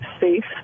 safe